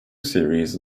series